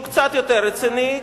זה משחק ילדים שהוא קצת יותר רציני,